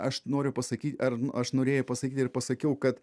aš noriu pasakyti ar aš norėjau pasakyti ir pasakiau kad